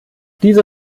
diese